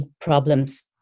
problems